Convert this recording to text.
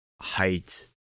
height